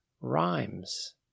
rhymes